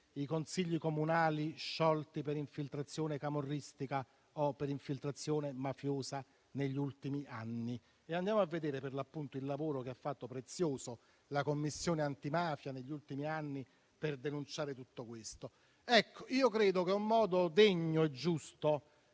i consigli comunali sciolti per infiltrazione camorristica o mafiosa negli ultimi anni. Andiamo a vedere il lavoro prezioso svolto dalla Commissione antimafia negli ultimi anni per denunciare tutto questo. Ecco, io credo che un modo degno e giusto